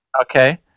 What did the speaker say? Okay